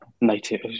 native